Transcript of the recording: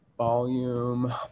volume